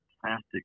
plastic